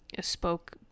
spoke